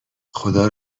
خدا